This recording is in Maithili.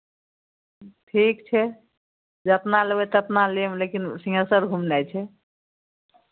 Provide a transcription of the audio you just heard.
ठीक छै जेतना लेबै तेतना लेब लेकिन सिंहेश्वर घुमनाइ छै